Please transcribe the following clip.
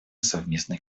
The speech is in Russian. совместной